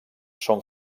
són